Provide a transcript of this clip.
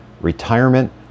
Retirement